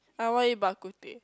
I want eat bak-kut-teh